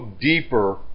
deeper